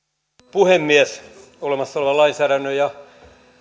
puhemies olemassa olevan lainsäädännön ja